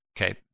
okay